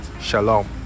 shalom